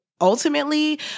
Ultimately